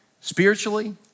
spiritually